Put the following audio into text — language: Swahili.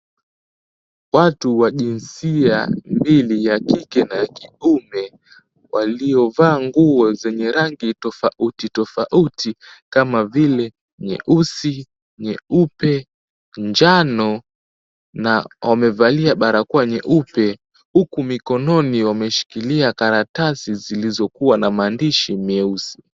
Watu wa jinsia mbili ya kike na kiume waliyovaa nguo zenye rangi tofauti tofauti kama vile nyeusi, nyeupe, njano na wamevalia barakoa nyeupe huku mikononi wameshikila karatasi zilizokuwa na maandishi meusi.